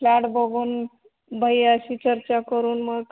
flat बघून भैयाशी चर्चा करून मग